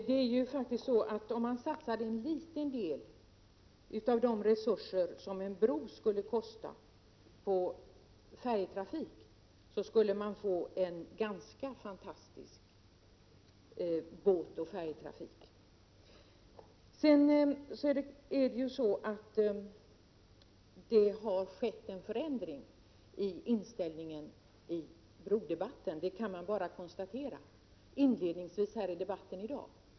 Herr talman! Om man satsar en liten del av de resurser som en bro skulle kosta på färjetrafik, skulle man få en ganska fantastisk båtoch färjetrafik. Jag kan konstatera att det har skett en förändring i inställningen till en broförbindelse över Öresund.